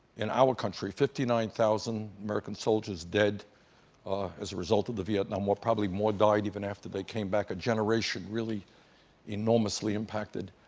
in our country fifty nine thousand american soldiers dead as a result of the vietnam war, probably more died and after they came back, a generation really enormously impacted.